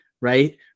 Right